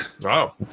Wow